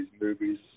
movies